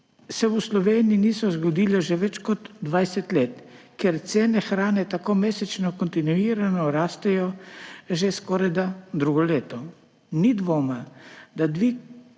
se v Sloveniji niso zgodile že več kot 20 let, ker cene hrane tako mesečno kontinuirano rastejo že skorajda drugo leto. Ni dvoma, da dvig